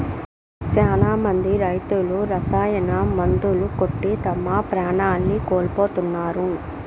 శ్యానా మంది రైతులు రసాయన మందులు కొట్టి తమ ప్రాణాల్ని కోల్పోతున్నారు